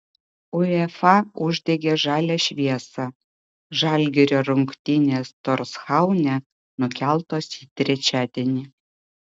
uefa uždegė žalią šviesą žalgirio rungtynės torshaune nukeltos į trečiadienį